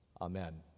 Amen